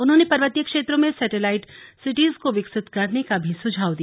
उन्होंने पर्वतीय क्षेत्रों में सैटेलाइट सिटीज को विकसित करने का सुझाव भी दिया